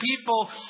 people